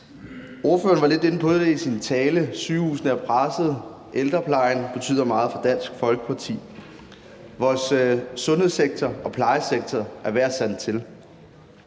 Ordføreren var lidt inde på det i sin tale. Sygehusene er pressede, og ældreplejen betyder meget for Dansk Folkeparti. Vores sundhedssektor og plejesektor er ved at sande til.